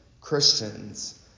Christians